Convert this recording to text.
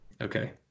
Okay